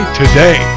today